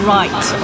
right